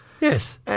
Yes